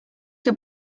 que